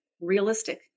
realistic